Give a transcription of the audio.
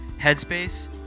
Headspace